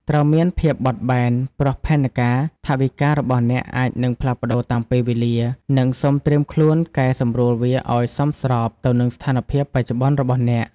ត្រូវមានភាពបត់បែន ព្រោះផែនការថវិការបស់អ្នកអាចនឹងផ្លាស់ប្តូរតាមពេលវេលា និងសូមត្រៀមខ្លួនកែសម្រួលវាឱ្យសមស្របទៅនឹងស្ថានភាពបច្ចុប្បន្នរបស់អ្នក។